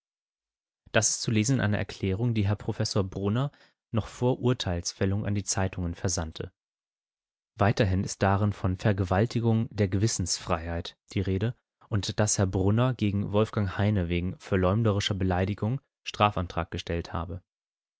das ist zu lesen in einer erklärung die herr professor brunner noch vor urteilsfällung an die zeitungen versandte weiterhin ist darin von vergewaltigung der gewissensfreiheit die rede und daß herr brunner gegen wolfgang heine wegen verleumderischer beleidigung strafantrag gestellt habe